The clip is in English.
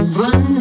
run